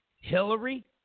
Hillary